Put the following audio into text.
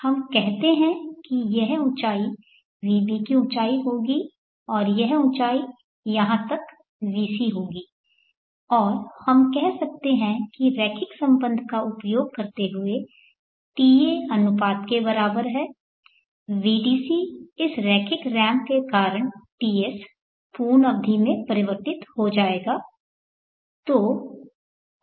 हम कहते हैं यह ऊँचाई vb की ऊँचाई होगी और यह ऊँचाई यहाँ तक vc होगी और हम कह सकते हैं कि रैखिक संबंध का उपयोग करते हुए ta अनुपात के बराबर है vdc इस रैखिक रैंप के कारण Ts पूर्ण अवधि में परिवर्तित हो जाएगा